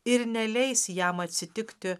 ir neleis jam atsitikti